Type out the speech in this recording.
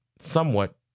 somewhat